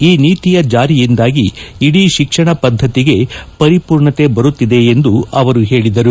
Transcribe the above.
ಈ ನೀತಿಯ ಜಾರಿಯಿಂದಾಗಿ ಇಡೀ ಶಿಕ್ಷಣ ಪದ್ಧತಿಗೆ ಪರಿಪೂರ್ಣತೆ ಬರುತ್ತಿದೆ ಎಂದು ಹೇಳಿದರು